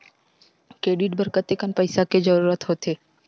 Credit बर कतेकन पईसा के जरूरत होथे?